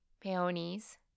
peonies